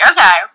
Okay